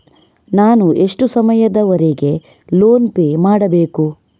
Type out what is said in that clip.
ನಾನು ಎಷ್ಟು ಸಮಯದವರೆಗೆ ಲೋನ್ ಪೇ ಮಾಡಬೇಕು?